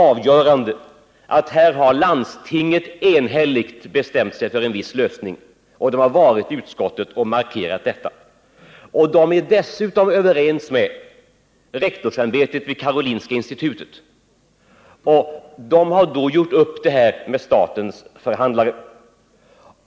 Avgörande för oss har varit att landstinget enhälligt har bestämt sig för en viss lösning. Företrädare för landstinget har besökt utskottet och därvid också markerat beslutet. Landstinget är dessutom överens med rektorsämbetet vid Karolinska institutet i ärendet, och de har gjort upp om detta med statens förhandlare.